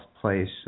place